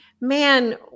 man